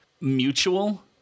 mutual